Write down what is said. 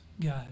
God